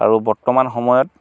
আৰু বৰ্তমান সময়ত